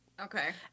okay